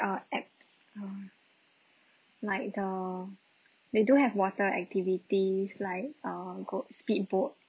uh apps um like the they do have water activities like err got speedboat